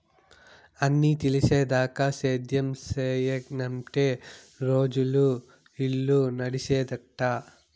అన్నీ తెలిసేదాకా సేద్యం సెయ్యనంటే రోజులు, ఇల్లు నడిసేదెట్టా